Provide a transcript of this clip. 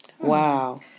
Wow